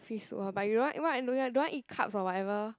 free soup lor but you don't want want don't want eat carbs or whatever